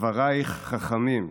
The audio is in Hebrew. דברייך חכמים,